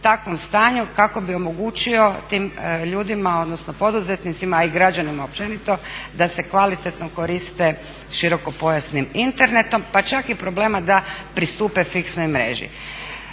u takvom stanju kako bi omogućio tim ljudima odnosno poduzetnicima, a i građanima općenito, da se kvalitetno koriste širokopojasnim internetom, pa čak i problema da pristupe fiksnoj mreži.